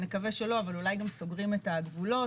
נקווה שלא אולי גם סוגרים את הגבולות.